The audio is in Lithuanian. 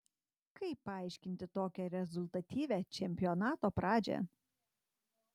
kaip paaiškinti tokią rezultatyvią čempionato pradžią